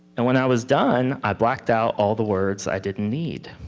and when i was done, i blacked out all the words i didn't need.